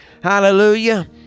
hallelujah